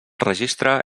registre